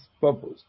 purpose